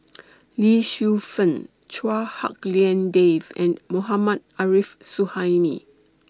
Lee Shu Fen Chua Hak Lien Dave and Mohammad Arif Suhaimi